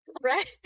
right